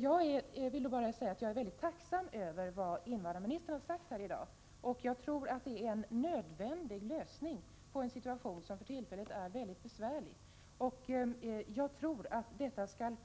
Jag är mycket tacksam över vad invandrarministern har sagt i dag. Jag tror att tillfälliga bostäder är en nödvändig lösning i en situation som i dag är mycket besvärlig. Det här